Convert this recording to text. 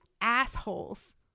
assholes